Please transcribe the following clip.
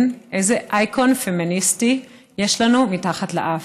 איזה אייקון פמיניסטי יש לנו מתחת לאף.